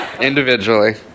Individually